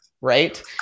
right